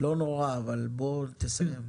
לא נורא, אבל בוא תסיים.